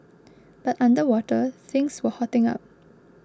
but underwater things were hotting up